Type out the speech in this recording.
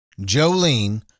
Jolene